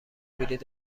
بلیت